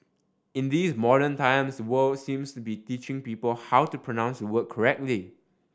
in these modern times the world seems to be teaching people how to pronounce word correctly